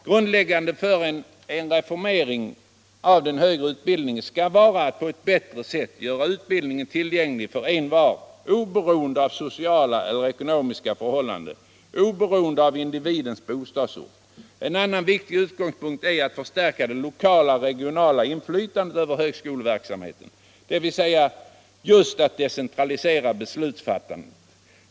Grundläggande för en reformering av den högre utbildningen skall vara att på ett bättre sätt göra utbildningen tillgänglig för envar, oberoende av sociala och ckonomiska förhållanden och oberoende av individens bostadsort. En annan viktig utgångspunkt är att förstärka det lokala och regionala inflytandet över högskoleverksamheten, dvs. just att decentralisera beslutsfattandet.